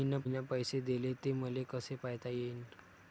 मिन पैसे देले, ते मले कसे पायता येईन?